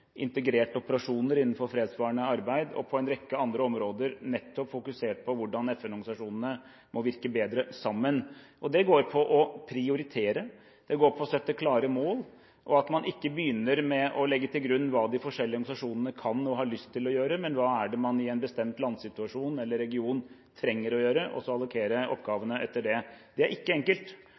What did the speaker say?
integrerte operasjoner innenfor fredsbevarende arbeid – og på en rekke andre områder fokusert på hvordan FN-organisasjonene må virke bedre sammen. Det går ut på å prioritere og sette klare mål, og på at man ikke begynner med å legge til grunn hva de forskjellige organisasjonene kan og har lyst til å gjøre, men hva man i en bestemt landsituasjon eller region trenger å gjøre, og så allokere oppgavene etter det. Det er ikke enkelt,